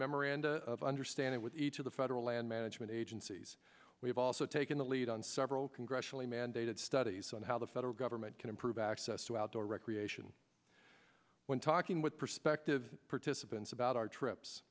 memorandum of understanding with each of the federal land management agencies we have also taken the lead on several congressionally mandated studies on how the federal government can improve access to outdoor recreation when talking with prospective participants about our